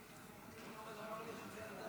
37 בעד,